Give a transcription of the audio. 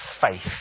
faith